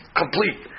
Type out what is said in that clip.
complete